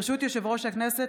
ברשות יושב-ראש הכנסת,